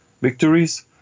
victories